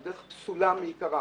זו דרך פסולה מעיקרה.